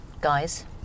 guys